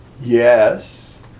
Yes